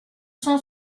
cent